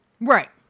Right